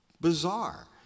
bizarre